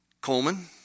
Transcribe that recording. Coleman